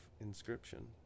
Inscription